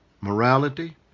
Morality